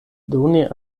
doni